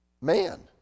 man